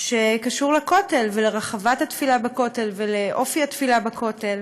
שקשור לכותל ולרחבת התפילה בכותל ולאופי התפילה בכותל.